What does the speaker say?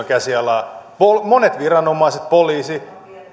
käsialaa monet viranomaiset poliisi